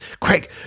Craig